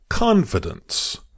Confidence